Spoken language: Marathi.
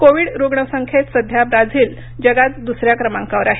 कोविड रुग्णसंख्येत सध्या ब्राझील जगात दुसऱ्या क्रमांकावर आहे